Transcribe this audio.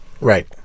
Right